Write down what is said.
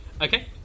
Okay